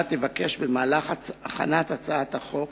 תבקש הממשלה במהלך הכנת הצעת החוק